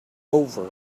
over